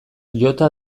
jota